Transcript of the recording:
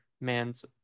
man's